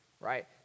right